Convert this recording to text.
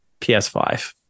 PS5